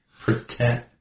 Pretend